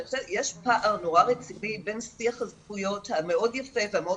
יש פער נורא רציני בין שיח הזכויות המאוד יפה והמאוד